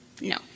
no